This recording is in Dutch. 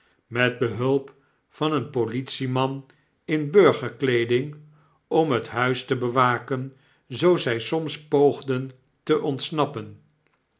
met behulp van een politieman in burgerkleeding om het huis te bewaken zoo zy soms poogden te ontsnappen